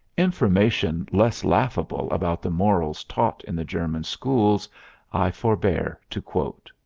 information less laughable about the morals taught in the german schools i forbear to quote.